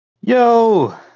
Yo